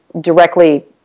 directly